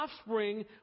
offspring